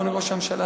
אדוני ראש הממשלה: